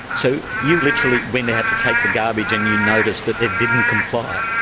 so you literally went out to take the garbage and you noticed that it didn't comply.